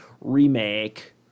remake